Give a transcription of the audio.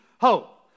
hope